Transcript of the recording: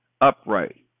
upright